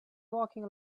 walking